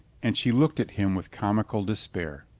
and she looked at him with comical despair.